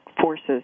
forces